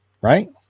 Right